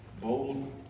bold